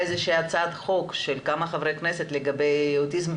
איזושהי הצעת חוק של כמה חברי כנסת לגבי אוטיזם,